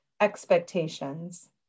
expectations